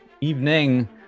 evening